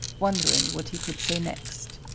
won dering what he could say next.